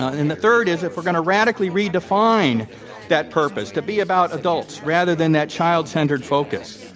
and the third is, if we're going to radically redefine that purpose to be about adults rather than that child centered focus,